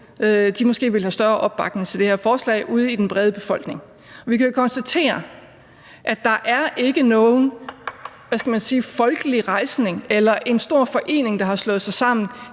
måske ville have større opbakning til det her forslag ude i den brede befolkning. Vi kan jo konstatere, at der ikke er nogen – hvad skal man sige – folkelige rejsning eller en stor gruppe, der har slået sig sammen,